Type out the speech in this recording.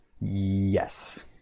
Yes